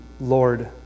Lord